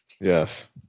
Yes